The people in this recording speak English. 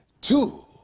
two